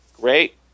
Great